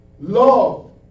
Love